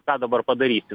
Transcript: ką dabar padarysi